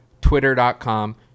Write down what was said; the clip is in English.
twitter.com